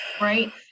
right